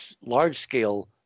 large-scale